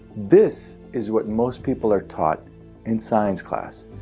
this is what most people are taught in science class.